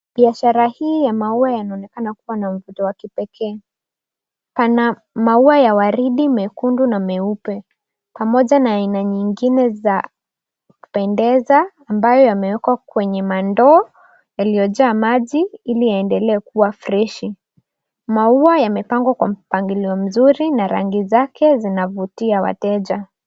Biashara hii ya maua yanaonekana kuwa na mvuto ya kipekee. Pana maua ya waridi, mekundu na meupe pamoja na aina nyingine za kupendeza ambayo yamewekwa kwenye ndoo yaliyojaa maji ili yaendelee kuwa freshi. Maua yamepangwa kwa mpangilio nzuri na rangi zake zinavutia wateja.